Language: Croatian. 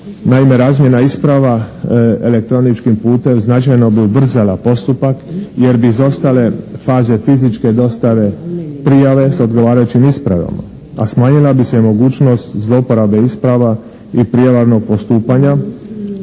Naime, razmjena isprava elektroničkim putem značajno bi ubrzala postupak jer bi izostale faze fizičke dostave, prijave s odgovarajućim ispravama, a smanjila bi se i mogućnost zlouporabe isprava i prijevarnog postupanja,